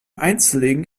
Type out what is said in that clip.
einzulegen